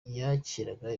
yakiraga